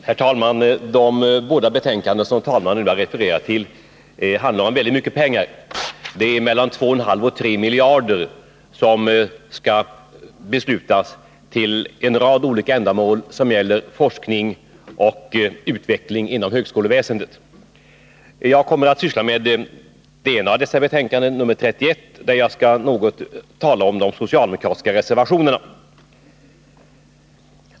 Herr talman! De båda betänkanden som talmannen nu refererat till handlar om väldigt mycket pengar. Mellan 2,5 och 3 miljarder kronor skall anslås till en rad olika ändamål som gäller forskning och utveckling inom högskoleväsendet. Jag kommer att behandla det ena av dessa betänkanden, nr 31, och därvid något tala om de socialdemokratiska reservationerna.